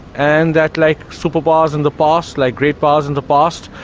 and that like superpowers in the past, like great powers in the past,